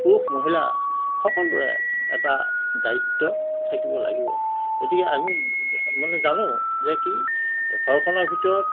পুৰুষ মহিলা সকলোৰে এটা দায়িত্ব থাকিব লাগিব গতিকে আমি মানে জানো যে কি ঘৰখনৰ ভিতৰত